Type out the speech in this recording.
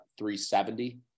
370